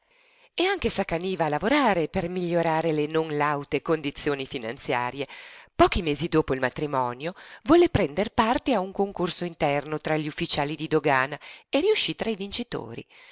e anche s'accaniva a lavorare per migliorare le non laute condizioni finanziarie pochi mesi dopo il matrimonio volle prender parte a un concorso interno tra gli ufficiali di dogana e riuscí tra i vincitori